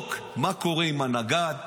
לבדוק מה קורה עם הנגד,